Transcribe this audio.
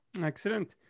excellent